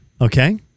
Okay